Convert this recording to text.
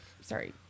Sorry